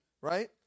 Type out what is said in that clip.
right